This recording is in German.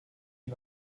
die